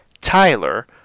Tyler